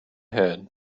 head